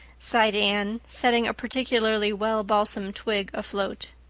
sighed anne, setting a particularly well-balsamed twig afloat.